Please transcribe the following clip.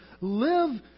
live